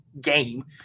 game